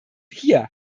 hier